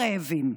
ורעבים.